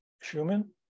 Schumann